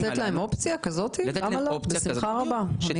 לתת להם אופציה כזאת, בשמחה רבה.